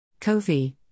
Kofi